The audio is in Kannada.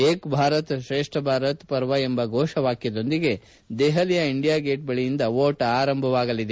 ಏಕ್ ಭಾರತ್ ತ್ರೇಷ್ಠ ಭಾರತ್ ಪರ್ವ ಎಂಬ ಘೋಷವಾಕ್ಕದೊಂದಿಗೆ ದೆಪಲಿಯ ಇಂಡಿಯಾ ಗೇಟ್ ಬಳಿಯಿಂದ ಓಟ ಆರಂಭವಾಗಲಿದೆ